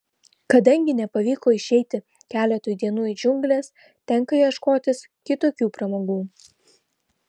kadangi nepavyko išeiti keletui dienų į džiungles tenka ieškotis kitokių pramogų